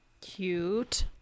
Cute